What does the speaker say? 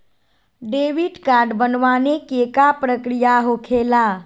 Debit card बनवाने के का प्रक्रिया होखेला?